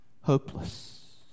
hopeless